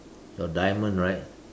your diamond right